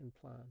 plan